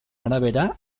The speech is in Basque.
arabera